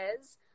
says